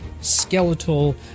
skeletal